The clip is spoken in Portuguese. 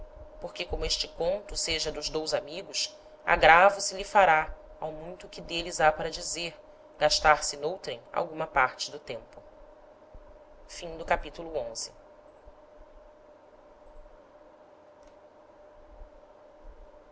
porque como este conto seja dos dous amigos agravo se lhe fará ao muito que d'êles ha para dizer gastar se n'outrem alguma parte do tempo capitulo xii do